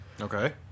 Okay